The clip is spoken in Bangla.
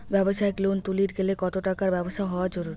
ব্যবসায়িক লোন তুলির গেলে কতো টাকার ব্যবসা হওয়া জরুরি?